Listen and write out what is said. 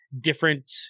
different